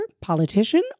politician